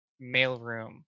mailroom